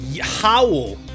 howl